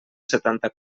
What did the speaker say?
setanta